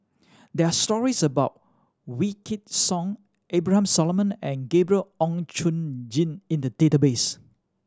there are stories about Wykidd Song Abraham Solomon and Gabriel Oon Chong Jin in the database